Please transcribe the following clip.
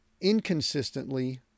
inconsistently